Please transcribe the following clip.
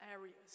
areas